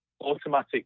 automatic